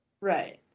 Right